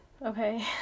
Okay